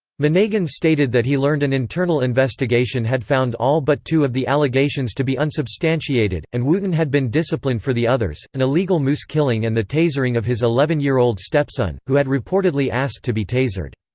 monegan stated that he learned an internal investigation had found all but two of the allegations to be unsubstantiated, and wooten had been disciplined for the others an illegal moose killing and the tasering of his eleven year old stepson, who had reportedly asked to be tasered.